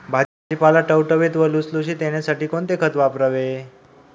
भाजीपाला टवटवीत व लुसलुशीत येण्यासाठी कोणते खत वापरावे?